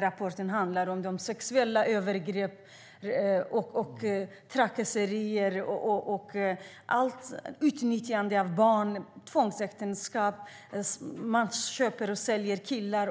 Rapporten handlar om sexuella övergrepp, trakasserier, utnyttjande av barn och tvångsäktenskap. Man köper och säljer killar